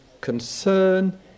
concern